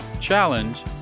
challenge